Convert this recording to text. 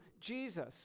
Jesus